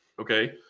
Okay